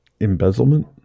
Embezzlement